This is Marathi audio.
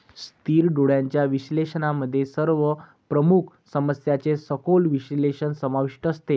स्थिर डोळ्यांच्या विश्लेषणामध्ये सर्व प्रमुख समस्यांचे सखोल विश्लेषण समाविष्ट असते